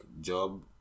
job